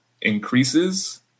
increases